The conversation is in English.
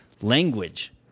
language